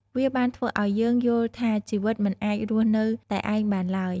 វាបានធ្វើឱ្យយើងយល់ថាជីវិតមិនអាចរស់នៅតែឯងបានឡើយ។